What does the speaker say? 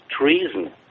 treason